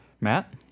Matt